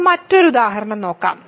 നമുക്ക് മറ്റൊരു ഉദാഹരണം നോക്കാം